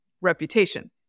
reputation